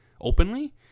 openly